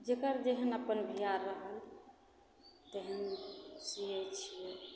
जकर जेहन अपन भीयार रहल तेहन सीयै छियै